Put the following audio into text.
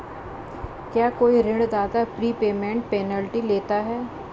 क्या कोई ऋणदाता प्रीपेमेंट पेनल्टी लेता है?